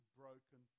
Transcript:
broken